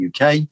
UK